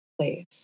place